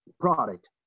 product